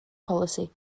polisi